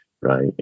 right